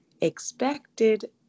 expected